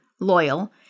loyal